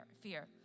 Fear